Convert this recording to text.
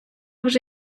вже